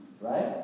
Right